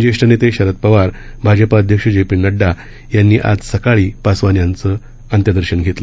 ज्येष्ठ नेते शरद पवार भाजपा अध्यक्ष जे पी नडडा यांनी आज सकाळी पासवान यांचं अंत्यदर्शन घेतलं